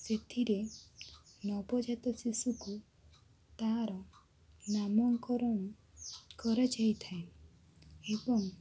ସେଥିରେ ନବଜାତ ଶିଶୁକୁ ତାର ନାମକରଣ କରାଯାଇଥାଏ ଏବଂ